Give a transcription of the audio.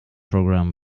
program